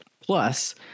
Plus